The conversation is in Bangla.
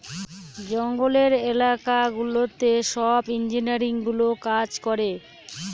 জঙ্গলের এলাকা গুলোতে সব ইঞ্জিনিয়ারগুলো কাজ করে